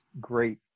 great